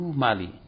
mali